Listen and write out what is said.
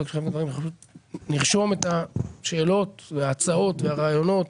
נרשום את השאלות וההצעות והרעיונות